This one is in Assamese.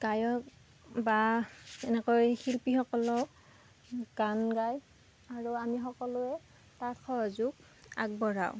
গায়ক বা এনেকৈ শিল্পীসকলে গান গায় আৰু আমি সকলোৱে তাত সহযোগ আগবঢ়াও